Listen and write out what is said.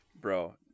Bro